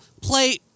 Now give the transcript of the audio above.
play